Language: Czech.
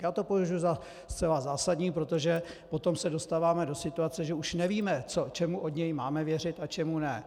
Já to považuji za zcela zásadní, protože potom se dostáváme do situace, že už nevíme, čemu od něj máme věřit a čemu ne.